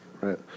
right